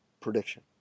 prediction